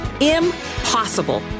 Impossible